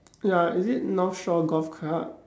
ya is it north shore golf club